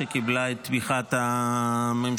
שקיבלה את תמיכת הממשלה,